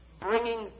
bringing